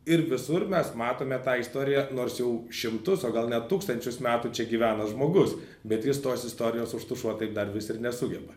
ir visur mes matome tą istoriją nors jau šimtus o gal net tūkstančius metų čia gyvena žmogus bet jis tos istorijos užtušuot taip dar vis ir nesugeba